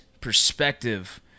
perspective –